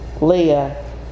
Leah